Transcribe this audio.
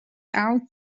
out